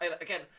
Again